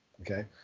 okay